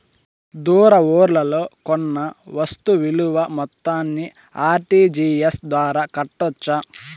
దూర ఊర్లలో కొన్న వస్తు విలువ మొత్తాన్ని ఆర్.టి.జి.ఎస్ ద్వారా కట్టొచ్చా?